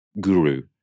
guru